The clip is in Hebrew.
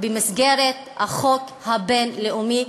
במסגרת החוק הבין-לאומי.